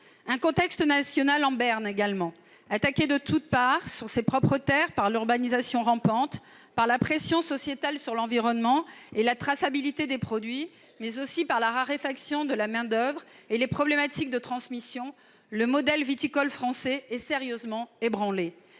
; contexte national en berne, également. Attaquée de toutes parts sur ses propres terres par l'urbanisation rampante, par la pression sociétale sur l'environnement et la traçabilité des produits, mais aussi par la raréfaction de la main-d'oeuvre et les problématiques de transmission, le modèle viticole français est sérieusement ébranlé.